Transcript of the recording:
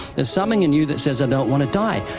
there's something in you that says, i don't want to die.